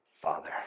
Father